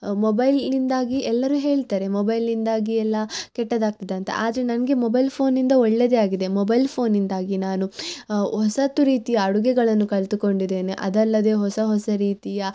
ಮೊಬೈಲ್ನಿಂದಾಗಿ ಎಲ್ಲರೂ ಹೇಳ್ತಾರೆ ಮೊಬೈಲ್ನಿಂದಾಗಿ ಎಲ್ಲ ಕೆಟ್ಟದಾಗ್ತಿದೆ ಅಂತ ಆದರೆ ನನಗೆ ಮೊಬೈಲ್ ಫೋನಿಂದ ಒಳ್ಳೇದೆ ಆಗಿದೆ ಮೊಬೈಲ್ ಫೋನಿಂದಾಗಿ ನಾನು ಹೊಸತು ರೀತಿಯ ಅಡುಗೆಗಳನ್ನು ಕಲಿತುಕೊಂಡಿದೇನೆ ಅದಲ್ಲದೇ ಹೊಸ ಹೊಸ ರೀತಿಯ